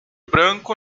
branco